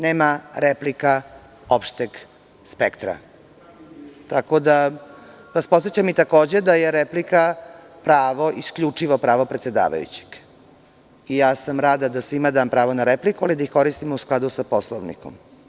Nema replika opšteg spektra, tako da vas podsećam i takođe da je replika pravo, isključivo pravo predsedavajućeg i ja sam rada da svima dam pravo na repliku, ali da ih koristimo u skladu sa Poslovnikom.